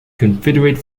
confederate